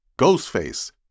Ghostface